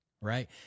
Right